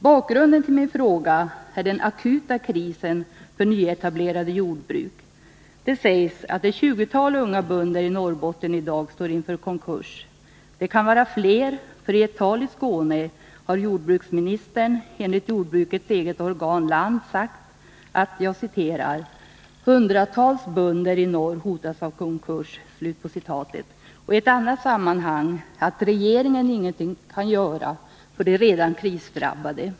Bakgrunden till min fråga är den akuta krisen för nyetablerade jordbruk. Det sägs att ett tjugotal unga bönder i Norrbotten i dag står inför konkurs. Det kan vara fler, för i ett tal i Skåne har jordbruksministern enligt jordbrukets eget organ Land sagt: ”Hundratals bönder i norr hotas av 53 konkurs.” I ett annat sammanhang har han sagt att regeringen ingenting kan göra för de redan krisdrabbade.